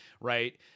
Right